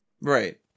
Right